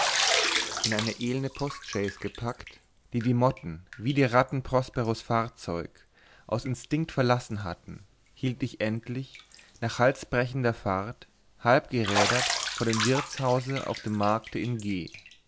in eine elende postchaise gepackt die die motten wie die ratten prosperos fahrzeug aus instinkt verlassen hatten hielt ich endlich nach halsbrechender fahrt halbgerädert vor dem wirtshause auf dem markte in g